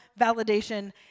validation